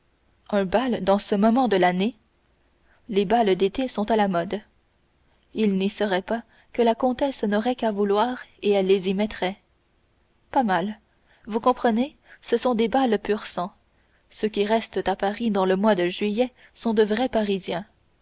un bal dans ce moment-ci de l'année les bals d'été sont à la mode ils n'y seraient pas que la comtesse n'aurait qu'à vouloir et elle les y mettrait pas mal vous comprenez ce sont des bals pur sang ceux qui restent à paris dans le mois de juillet sont de vrais parisiens